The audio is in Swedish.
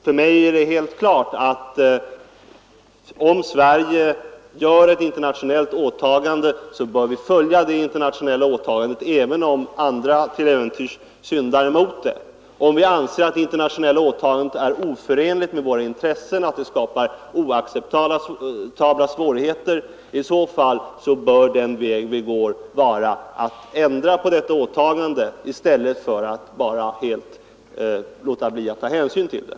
För mig är det helt klart att om Sverige gör ett internationellt åtagande så bör vi följa det, även om andra till äventyrs syndar emot det. Om vi anser att det internationella åtagandet är oförenligt med våra intressen och att det skapar oacceptabla svårigheter bör den väg vi går vara att ändra på detta åtagande i stället för att bara låta bli att ta hänsyn till det.